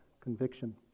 conviction